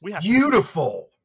beautiful